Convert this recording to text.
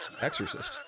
Exorcist